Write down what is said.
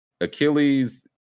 Achilles